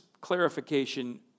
clarification